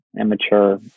immature